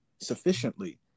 sufficiently